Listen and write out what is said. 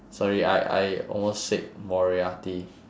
sorry I I almost said moriaty